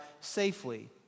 safely